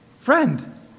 Friend